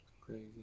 Crazy